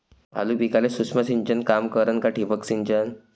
आलू पिकाले सूक्ष्म सिंचन काम करन का ठिबक सिंचन?